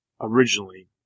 originally